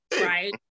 right